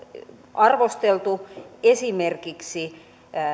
arvosteltu esimerkiksi